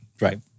Right